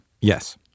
Yes